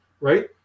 right